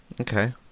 Okay